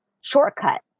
shortcut